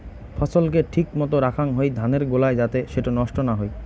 ফছল কে ঠিক মতো রাখাং হই ধানের গোলায় যাতে সেটো নষ্ট না হই